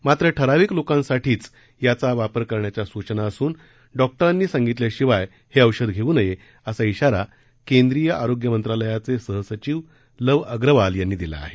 मात्र ठराविक लोकांसाठीच याचा वापर करण्याच्या सूचना असून डॉक्टरांनी सांगितल्याशिवाय हे औषध घेऊ नये असा इशारा केंद्रीय आरोग्य मंत्रालयाचे सहसचिव लव अग्रवाल यांनी दिला आहे